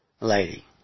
lady